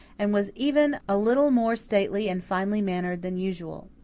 and was even a little more stately and finely mannered than usual.